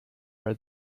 very